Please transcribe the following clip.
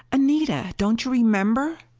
anita! don't you remember!